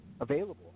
available